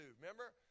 Remember